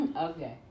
Okay